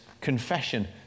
confession